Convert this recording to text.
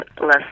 less